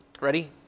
Ready